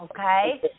okay